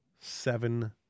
seven